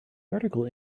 article